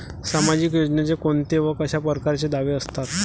सामाजिक योजनेचे कोंते व कशा परकारचे दावे असतात?